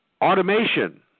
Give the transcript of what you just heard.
automation